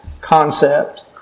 concept